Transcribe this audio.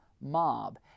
mob